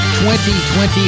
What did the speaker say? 2020